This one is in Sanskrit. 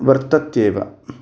वर्तत्येव